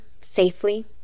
safely